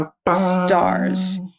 stars